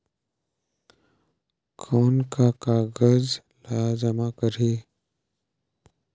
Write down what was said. कौन का कागज ला जमा करी?